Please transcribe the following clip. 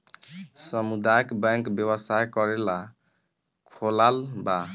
सामुदायक बैंक व्यवसाय करेला खोलाल बा